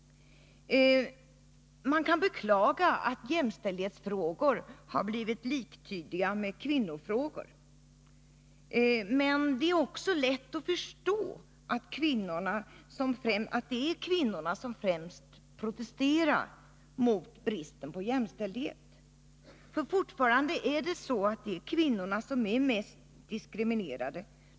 Man kan beklaga att jämställdhetsfrågorna har blivit liktydiga med kvinnofrågor. Men det är också lätt att förstå att det är främst kvinnorna som protesterar mot bristen på jämställdhet. Fortfarande är kvinnorna mest diskriminerade.